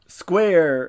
square